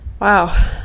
Wow